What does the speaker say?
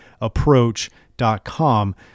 approach.com